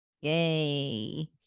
yay